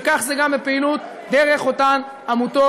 וכך זה גם בפעילות דרך אותן עמותות.